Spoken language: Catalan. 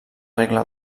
regla